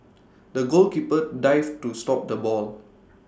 the goalkeeper dived to stop the ball